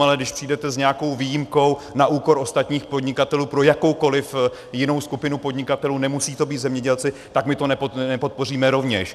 Ale když přijdete s nějakou výjimkou na úkor ostatních podnikatelů pro jakoukoli jinou skupinu podnikatelů, nemusí to být zemědělci, tak my to nepodpoříme rovněž.